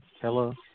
Hello